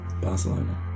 Barcelona